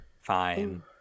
Fine